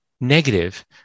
negative